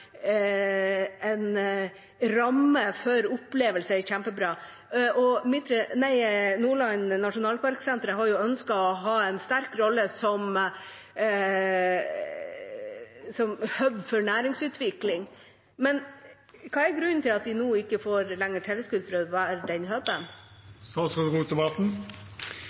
en nasjonalpark som ramme for opplevelser er kjempebra, og Nordland nasjonalparksenter har ønsket å ha en sterk rolle som hub for næringsutvikling. Hva er grunnen til at de nå ikke lenger får tilskudd til å være den